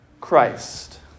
Christ